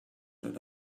that